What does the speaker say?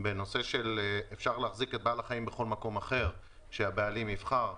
שמדבר על כך שאפשר להחזיק את בעל החיים בכל מקום אחר שהבעלים יבחר.